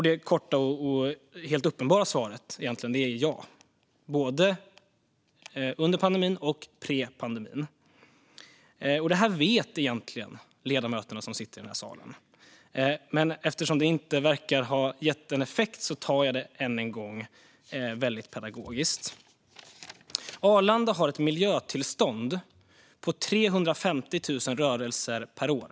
Det korta och helt uppenbara svaret är ja, och det gäller både under pandemin och före pandemin. Det här vet egentligen ledamöterna som sitter i den här salen, men eftersom det inte verkar ha gett effekt tar jag det än en gång och gör det väldigt pedagogiskt. Arlanda har ett miljötillstånd på 350 000 rörelser per år.